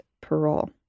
parole